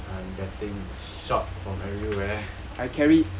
and I'm getting shot from everywhere